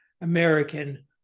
American